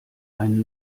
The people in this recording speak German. einen